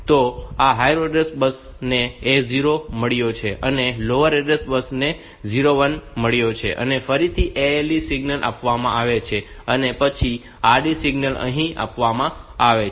તો આ higher order address bus ને A0 મળ્યો છે અને લોઅર ઓર્ડર એડ્રેસ બસ ને 01 મળ્યો છે અને ફરીથી ALE સિગ્નલ આપવામાં આવે છે અને પછી RD સિગ્નલ અહીં આપવામાં આવે છે